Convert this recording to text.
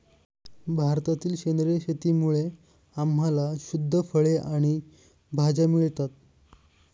भारतातील सेंद्रिय शेतीमुळे आम्हाला शुद्ध फळे आणि भाज्या मिळतात